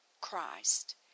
Christ